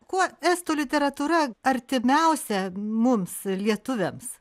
kuo estų literatūra artimiausia mums lietuviams